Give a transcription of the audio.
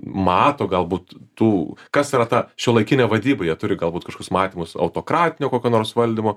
mato galbūt tų kas yra ta šiuolaikinė vadyba jie turi galbūt kažkokius matymus autokratinio kokio nors valdymo